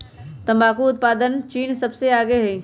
तंबाकू उत्पादन में चीन सबसे आगे हई